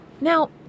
Now